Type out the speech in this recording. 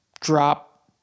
drop